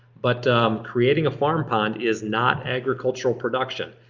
but creating a farm pond is not agricultural production.